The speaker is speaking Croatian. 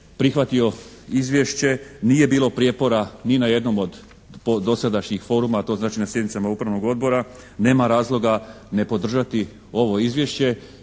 prihvatio izvješće. Nije bilo prijepora ni na jednom od dosadašnjih foruma a to znači na sjednicama Upravnog odbora. Nema razloga ne podržati ovo izvješće